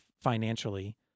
financially